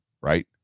right